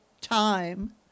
time